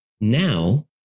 Now